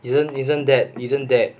isn't isn't that isn't that